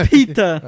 Pita